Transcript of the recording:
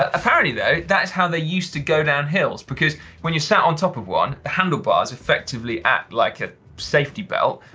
ah apparently though, that is how they used to go down hills, because when you sat on top of one, the handlebars effectively act like a safety belt,